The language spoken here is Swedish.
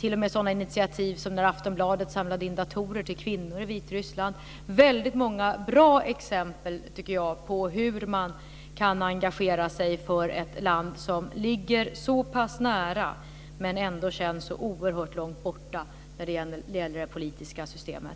tagits andra initiativ, som t.ex. när Aftonbladet samlade in datorer till kvinnor i Vitryssland. Det är väldigt många bra exempel, tycker jag, på hur man kan engagera sig för ett land som ligger så pass nära men som ändå känns så oerhört långt borta när det gäller det politiska systemet.